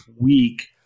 week